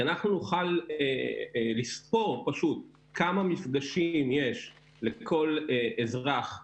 כי אנחנו נוכל לספור כמה מפגשים יש לכל אזרח ביום,